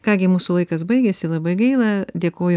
ką gi mūsų laikas baigėsi labai gaila dėkoju